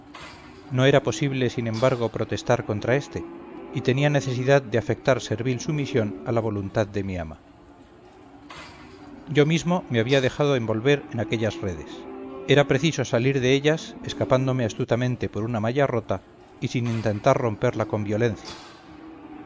no era posible sin embargo protestar contra éste y tenía necesidad de afectar servil sumisión a la voluntad de mi ama yo mismo me había dejado envolver en aquellas redes era preciso salir de ellas escapándome astutamente por una malla rota y sin intentar romperla con violencia